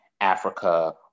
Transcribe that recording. africa